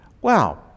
wow